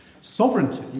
Sovereignty